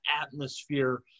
atmosphere